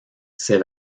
ces